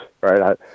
Right